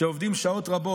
שעובדים שעות רבות,